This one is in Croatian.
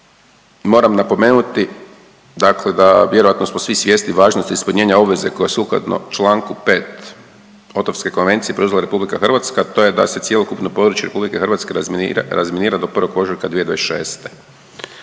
moram napomenuti, dakle da vjerojatno smo svi svjesni važnosti ispunjenja obveze koja sukladno članku 5. Otavske konvencije preuzela Republika Hrvatska. To je da se cjelokupno područje Republike Hrvatske razminira do 1. ožujka 2026.